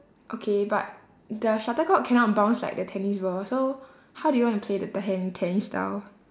okay but the shuttlecock cannot bounce like the tennis ball so how do you want to play the te~ han~ tennis style